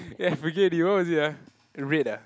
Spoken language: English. eh I forget already what was it ah in red ah